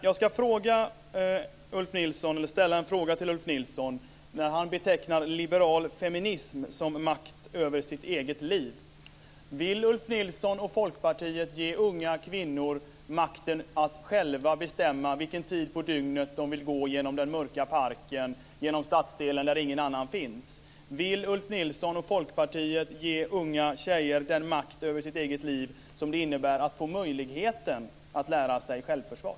Jag ska ställa en fråga till Ulf Nilsson när han betecknar liberal feminism som makt över sitt eget liv. Vill Ulf Nilsson och Folkpartiet ge unga kvinnor makten att själva bestämma vilken tid på dygnet de vill gå genom den mörka parken, genom stadsdelen där ingen annan finns? Vill Ulf Nilsson och Folkpartiet ge unga tjejer den makt över sitt eget liv som det innebär att få möjligheten att lära sig självförsvar?